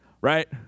Right